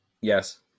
Yes